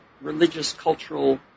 religious-cultural